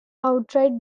outright